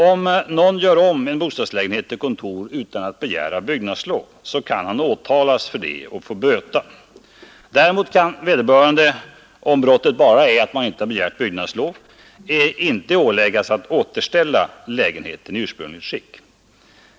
Om någon gör om en bostadslägenhet till kontor utan att begära byggnadslov kan han åtalas för det och få böta. Däremot kan vederbörande — om brottet bara är att man inte begärt byggnadslov — inte åläggas att återställa lägenheten i ursprungligt skick.